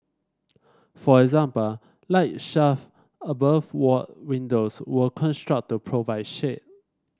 for example light shelf above ward windows were construct to provide shade